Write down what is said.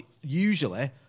usually